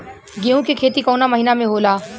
गेहूँ के खेती कवना महीना में होला?